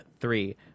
three